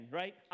right